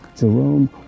Jerome